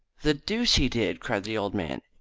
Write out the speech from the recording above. the deuce he did! cried the old man.